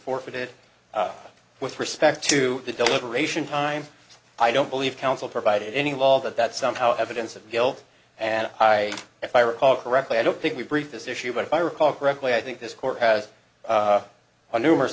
forfeited with respect to the deliberation time i don't believe counsel provided any wall that that somehow evidence of guilt and if i recall correctly i don't think we've briefed this issue but if i recall correctly i think this court has on numerous